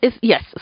Yes